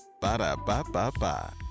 Ba-da-ba-ba-ba